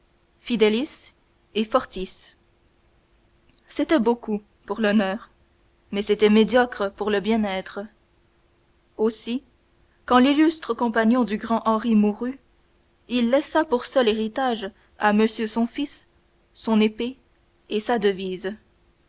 fidelis et fortis c'était beaucoup pour l'honneur mais c'était médiocre pour le bien-être aussi quand l'illustre compagnon du grand henri mourut il laissa pour seul héritage à monsieur son fils son épée et sa devise